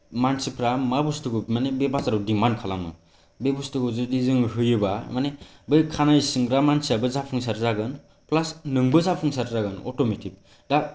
मानसिफ्रा मा बस्तुखौ माने बे बाजाराव दिमान्द खालामो बे बुस्तुखौ जुदि जों होयोबा माने बै खानाय सिनग्रा मानसिआबो जाफुंसार जागोन प्लास नोंबो जाफुंसार जागोन अट'मेटिक दा